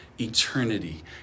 eternity